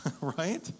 right